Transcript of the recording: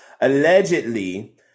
Allegedly